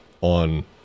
on